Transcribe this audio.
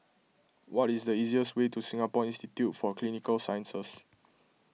what is the easiest way to Singapore Institute for Clinical Sciences